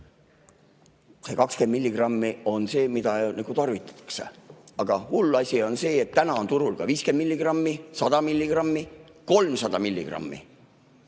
See 20 milligrammi on see, mida tarvitatakse, aga hull asi on see, et täna on turul ka 50 milligrammi, 100 milligrammi ja 300 milligrammi.